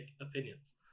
opinions